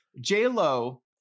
J-Lo